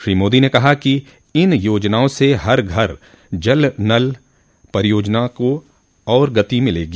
श्री मोदी ने कहा कि इन योजनाओं से हर घर नल जल परियोजना को और गति मिलेगी